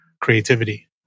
creativity